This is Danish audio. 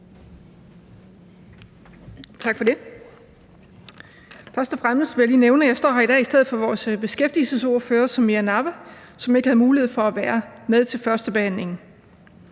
Tak for det. Først og fremmest vil jeg lige nævne, at jeg står her i dag i stedet for vores beskæftigelsesordfører, Samira Nawa, som ikke havde mulighed for at være med til førstebehandlingen.